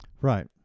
Right